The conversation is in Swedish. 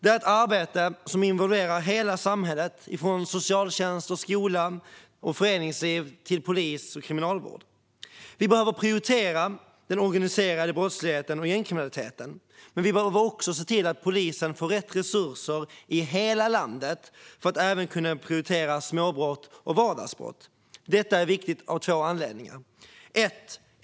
Det är ett arbete som involverar hela samhället från socialtjänst, skola och föreningsliv till polis och kriminalvård. Vi behöver prioritera den organiserade brottsligheten och gängkriminaliteten, men vi behöver också se till att polisen får rätt resurser i hela landet för att även kunna prioritera småbrott och vardagsbrott. Det är viktigt av två anledningar.